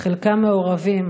חלקם מעורבים,